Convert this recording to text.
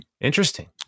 Interesting